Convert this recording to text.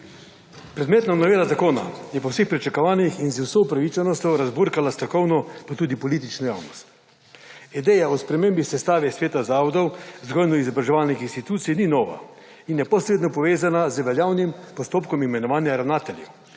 Predmetna novela zakona je po vseh pričakovanjih in z vso upravičenostjo razburkala strokovno, pa tudi politično javnost. Ideja o spremembi sestave sveta zavodov vzgojno-izobraževalnih institucij ni nova in je posredno povezana z veljavnim postopkom imenovanja ravnateljev,